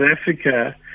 Africa